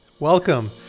Welcome